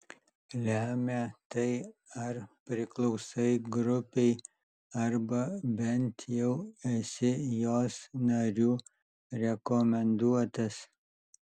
lemia tai ar priklausai grupei arba bent jau esi jos narių rekomenduotas